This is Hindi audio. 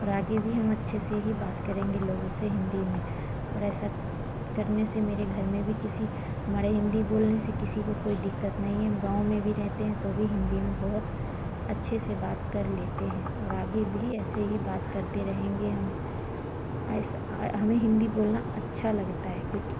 और आगे भी हम अच्छे से ही बात करेंगे लोगों से हिन्दी में और ऐसा करने से मेरे घर में भी किसी हमारे हिन्दी बोलने से किसी को कोई दिक्कत नहीं है हम गाँव में भी रहते हैं तो भी हिन्दी में बहुत अच्छे से बात कर लेते हैं और आगे भी ऐसे ही बात करते रहेंगे हम ऐसा हमें हिन्दी बोलना अच्छा लगता है क्योंकि